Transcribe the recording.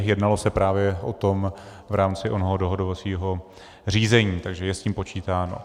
Jednalo se právě o tom v rámci onoho dohodovacího řízení, takže je s tím počítáno.